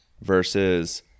versus